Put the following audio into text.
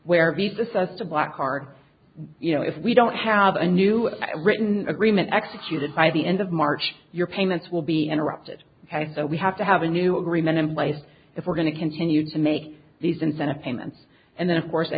where beef assessed a blackguard you know if we don't have a new written agreement executed by the end of march your payments will be interrupted by that we have to have a new agreement in place if we're going to continue to make these incentive payments and then of course i